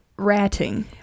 ratting